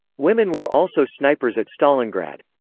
women were also snipers at stalingrad.